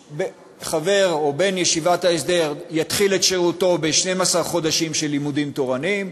חבר או בן ישיבת ההסדר יתחיל את שירותו ב-12 חודשים של לימודים תורניים,